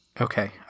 Okay